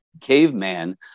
caveman